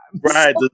Right